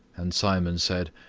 and simon said,